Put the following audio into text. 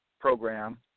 program